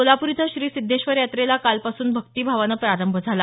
सोलापूर इथं श्री सिद्धेश्वर यात्रेला कालपासून भक्तिभावानं प्रारंभ झाला